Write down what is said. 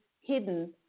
hidden